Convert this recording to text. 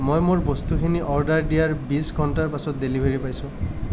মই মোৰ বস্তুখিনি অৰ্ডাৰ দিয়াৰ বিছ ঘণ্টাৰ পাছত ডেলিভাৰী পাইছোঁ